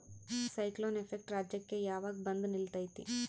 Cyclone effect ರಾಜ್ಯಕ್ಕೆ ಯಾವಾಗ ಬಂದ ನಿಲ್ಲತೈತಿ?